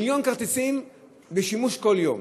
מיליון כרטיסים בשימוש כל יום.